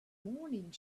morning